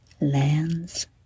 land's